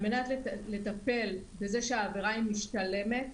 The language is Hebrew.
על מנת לטפל בכך שהעבירה היא משתלמת,